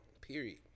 period